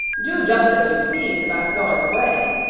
do just as you please about going away,